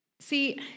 See